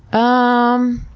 um,